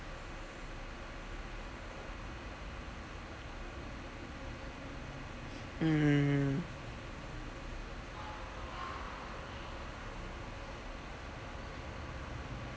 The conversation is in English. mm